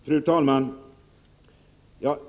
Fru talman!